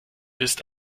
ist